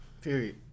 Period